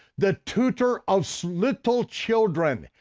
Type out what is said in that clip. the tutor of so little children.